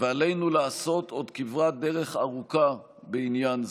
ועלינו לעשות עוד כברת דרך ארוכה בעניין זה.